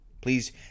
Please